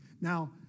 Now